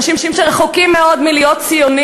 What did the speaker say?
אנשים שרחוקים מאוד מלהיות ציונים